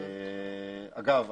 אגב,